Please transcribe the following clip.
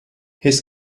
his